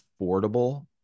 affordable